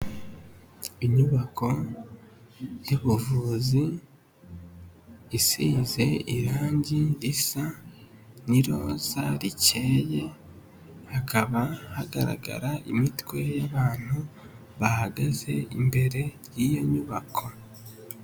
Inyubako y'ubuvuzi, isize irangi risa n'iroza rikeye, hakaba hagaragara imitwe y'abantu bahagaze imbere y'iyo nyubako.